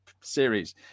series